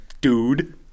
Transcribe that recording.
dude